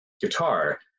guitar